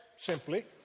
simply